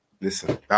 Listen